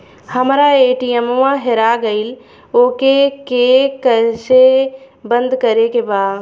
हमरा ए.टी.एम वा हेरा गइल ओ के के कैसे बंद करे के बा?